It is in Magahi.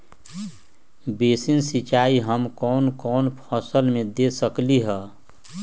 बेसिन सिंचाई हम कौन कौन फसल में दे सकली हां?